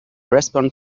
respond